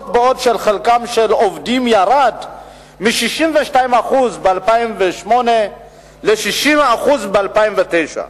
בעוד חלקם של העובדים ירד מ-62% ב-2008 ל-60% ב-2009.